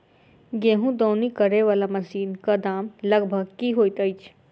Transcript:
गेंहूँ दौनी करै वला मशीन कऽ दाम लगभग की होइत अछि?